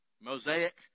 Mosaic